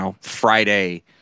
Friday